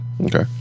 Okay